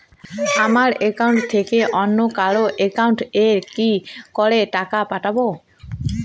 আমার একাউন্ট থেকে অন্য কারো একাউন্ট এ কি করে টাকা পাঠাবো?